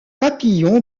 papillon